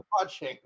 watching